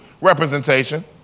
Representation